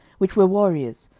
which were warriors,